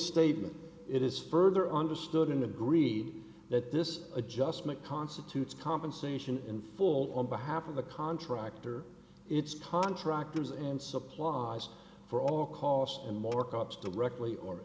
statement it is further understood and agreed that this adjustment constitutes compensation in full on behalf of the contractor its contractors and supplies for all costs or more cups directly or